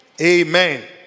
amen